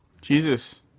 Jesus